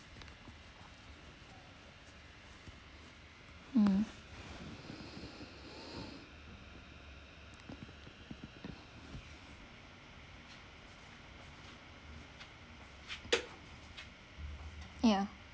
mm yeah